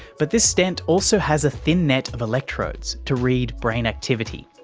but this stent also has a thin net of electrodes to read brain activity.